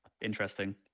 interesting